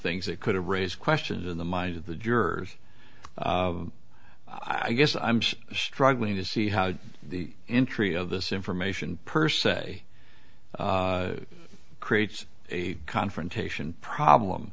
things that could raise questions in the mind of the jurors i guess i'm struggling to see how the entry of this information per se creates a confrontation problem